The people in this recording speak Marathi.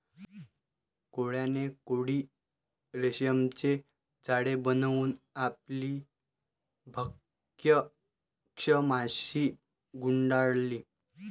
कोळ्याने कोळी रेशीमचे जाळे बनवून आपली भक्ष्य माशी गुंडाळली